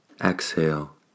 exhale